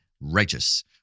righteous